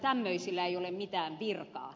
tämmöisillä ei ole mitään virkaa